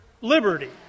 liberty